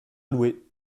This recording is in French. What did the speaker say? louer